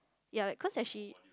ya cause actually